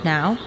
Now